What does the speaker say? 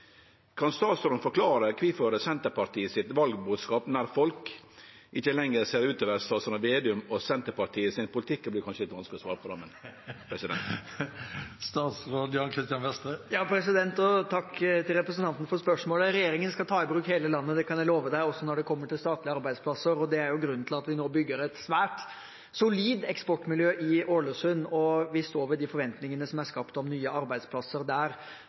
Kan statsråden forklare kvifor Senterpartiet sitt valbodskap «nær folk» ikkje lenger ser ut til å vere statsråd Vedum og Senterpartiet sin politikk?» Takk til representanten for spørsmålet. Regjeringen skal ta i bruk hele landet, det kan jeg love representanten, også når det kommer til statlige arbeidsplasser. Det er grunnen til at vi nå bygger et svært solid eksportmiljø i Ålesund, og vi står ved de forventningene som er skapt om nye arbeidsplasser der.